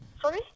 Sorry